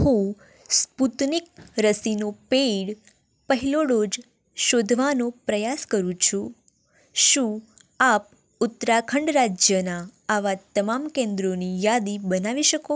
હું સ્પુતનિક રસીનો પેઈડ પહેલો ડોજ શોધવાનો પ્રયાસ કરું છું શું આપ ઉત્તરાખંડ રાજ્યનાં આવાં તમામ કેન્દ્રોની યાદી બનાવી શકો